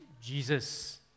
Jesus